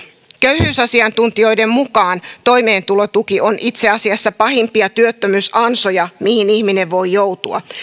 köyhyysasiantuntijoiden mukaan toimeentulotuki on itse asiassa pahimpia työttömyysansoja mihin ihminen voi joutua